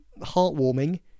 heartwarming